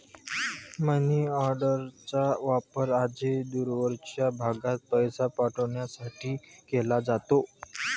मनीऑर्डरचा वापर आजही दूरवरच्या भागात पैसे पाठवण्यासाठी केला जातो